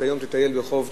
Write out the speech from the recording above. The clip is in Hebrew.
אתה היום תטייל ברחוב,